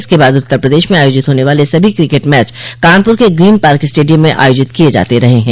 इसके बाद उत्तर प्रदेश में आयोजित होने वाले सभी क्रिकेट मैच कानपुर के ग्रीन पार्क स्टेडियम में आयोजित किये जाते रहे हैं